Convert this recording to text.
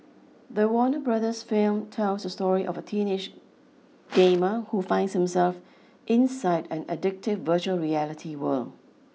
the Warner Brothers film tells a story of a teenage gamer who finds himself inside an addictive virtual reality world